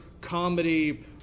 comedy